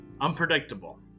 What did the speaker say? unpredictable